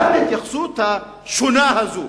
למה ההתייחסות השונה הזאת?